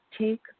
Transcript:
take